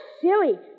silly